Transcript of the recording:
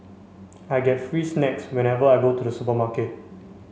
I get free snacks whenever I go to the supermarket